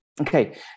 Okay